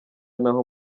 naho